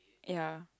ya